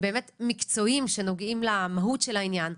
מקצועיים שנוגעים למהות של העניין.